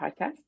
podcast